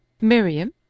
Miriam